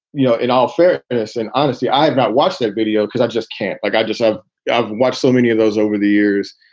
you know, in all fairness and honesty, i have not watched that video because i just can't. like, i just i've i've watched so many of those over the years.